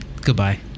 Goodbye